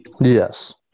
Yes